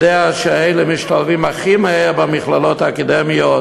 יודע שאלה משתלבים הכי מהר במכללות האקדמיות,